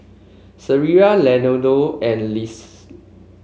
Sierra Leonardo and Lisle